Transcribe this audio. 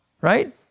Right